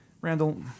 Randall